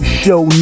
show